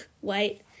white